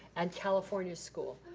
and california school,